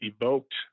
evoked